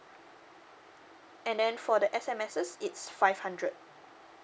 and then for the S_M_Ses it's five hundred